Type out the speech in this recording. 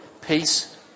peace